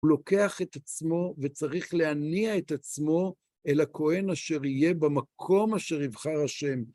הוא לוקח את עצמו וצריך להניע את עצמו אל הכהן אשר יהיה במקום אשר יבחר השם.